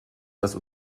dass